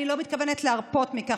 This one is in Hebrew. אני לא מתכוונת להרפות מכך,